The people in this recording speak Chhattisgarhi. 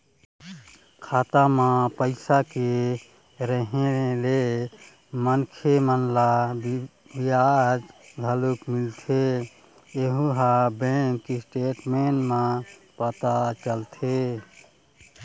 खाता म पइसा के रेहे ले मनखे मन ल बियाज घलोक मिलथे यहूँ ह बैंक स्टेटमेंट म पता चलथे